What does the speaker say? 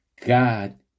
God